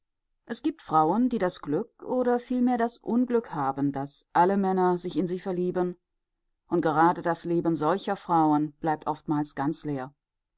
es gibt frauen die das glück oder vielmehr das unglück haben daß alle männer sich in sie verlieben und gerade das leben solcher frauen bleibt oftmals ganz leer